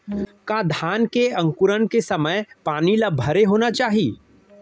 का धान के अंकुरण के समय पानी ल भरे होना चाही?